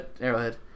Arrowhead